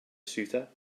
suitor